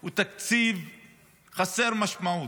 התקציב הזה הוא תקציב חסר משמעות.